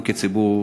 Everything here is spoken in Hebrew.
אנחנו כציבור